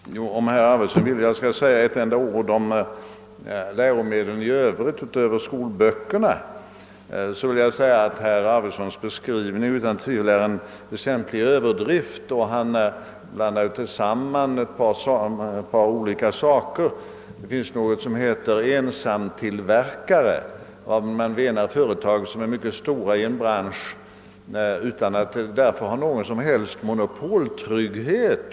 Herr talman! Om herr Arvidson vill att jag skall yttra några ord om andra läromedel än skolböcker så gärna det. Då vill jag säga att herr Arvidsons beskrivning är en väsentlig överdrift. F. ö. blandar han ihop två olika saker. Det finns någonting som heter »ensamtillverkare», varmed menas ett företag som är mycket stort inom en del av en bransch utan att därför ha någon som helst monopoltrygghet.